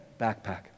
backpack